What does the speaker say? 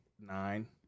nine